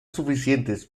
suficientes